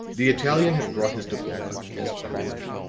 the italian had brought his diploma as proof.